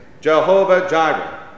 Jehovah-Jireh